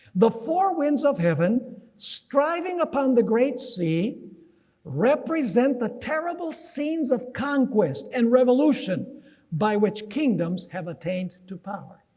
the four winds of heaven striving upon the great sea represent the terrible scenes of conquest and revolution by which kingdoms have attained to power.